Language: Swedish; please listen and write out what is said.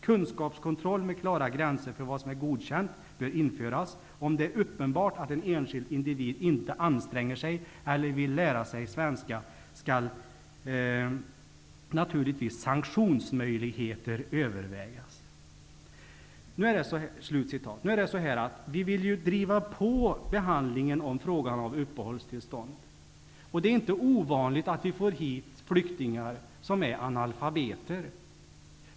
Kunskapskontroll med klara gränser för vad som är godkänt bör införas. Om det är uppenbart att en enskild individ inte anstränger sig eller vill lära sig svenska skall naturligtvis sanktionsmöjligheter övervägas.'' Vi vill driva på behandlingen av uppehållstillstånd. Det är inte ovanligt att vi får hit flyktingar som är analfabeter.